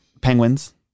penguins